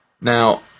Now